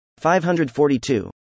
542